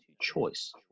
choice